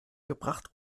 gebracht